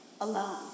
alone